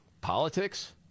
politics